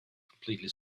completely